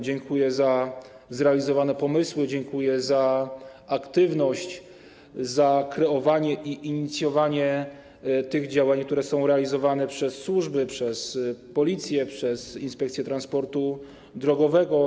Dziękuję za zrealizowane pomysły, za aktywność, za kreowanie i inicjowanie tych działań, które są realizowane przez służby, przez Policję, przez Inspekcję Transportu Drogowego.